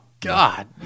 God